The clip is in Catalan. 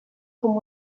com